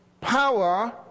power